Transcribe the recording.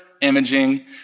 imaging